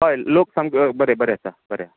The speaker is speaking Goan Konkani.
हय लोक सामके बरें बरें आसा बरें